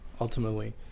ultimately